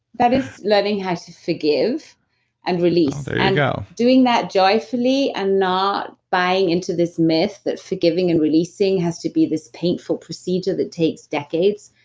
that is learning how to forgive and release there you go doing that joyfully and not buying into this myth that forgiving and releasing has to be this painful procedure that takes decades,